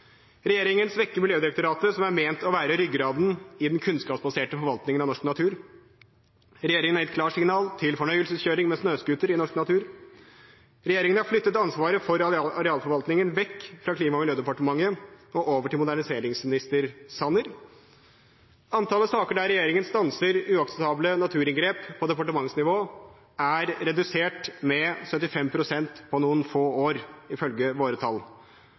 Regjeringen svekker Miljødirektoratet, som er ment å være ryggraden i den kunnskapsbaserte forvaltningen av norsk natur. Regjeringen har gitt klarsignal til fornøyelseskjøring med snøscooter i norsk natur. Regjeringen har flyttet ansvaret for arealforvaltningen vekk fra Klima- og miljødepartementet og over til moderniseringsminister Sanner. Antallet saker der regjeringen stanser uakseptable naturinngrep på departementsnivå, er redusert med 75 pst. på noen få år, ifølge våre tall.